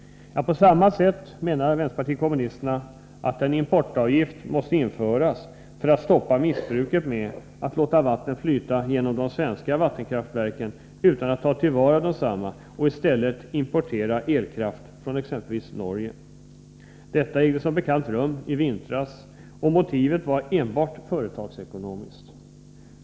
På samma sätt menar vpk att en importavgift måste införas för att stoppa missbruket att låta vatten flyta genom de svenska vattenkraftverken utan att ta till vara detsamma och i stället importera elkraft från exempelvis Norge. Detta ägde som bekant rum i vintras, och motivet var enbart företagsekonomiskt.